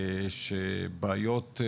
שבעיות,